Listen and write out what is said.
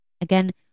Again